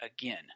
Again